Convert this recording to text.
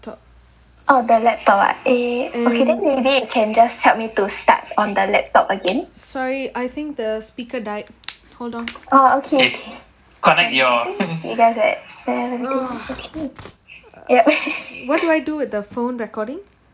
laptop uh the laptop ah eh uh then maybe you can just helped me to start on the laptop again sorry I think the speaker died hold on uh okay connect your you guys at seventy okay yup what do I do with the phone recording